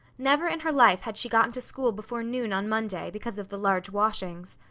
never in her life had she gotten to school before noon on monday, because of the large washings.